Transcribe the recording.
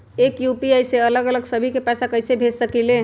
एक यू.पी.आई से अलग अलग सभी के पैसा कईसे भेज सकीले?